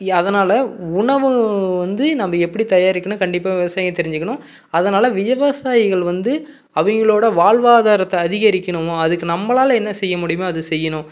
ஏ அதனால் உணவு வந்து நம்ம எப்படி தயாரிக்கணும் கண்டிப்பாக விவசாயம் தெரிஞ்சிக்கணும் அதனால் விவசாயிகள் வந்து அவங்களோட வாழ்வாதாரத்த அதிகரிக்கணுமா அதுக்கு நம்மளால என்ன செய்ய முடியுமோ அதை செய்யணும்